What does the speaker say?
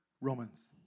Romans